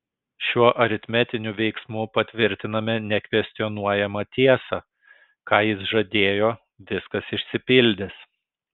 šiuo aritmetiniu veiksmu patvirtiname nekvestionuojamą tiesą ką jis žadėjo viskas išsipildys